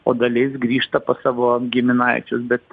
o dalis grįžta pas savo giminaičius bet